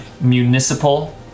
Municipal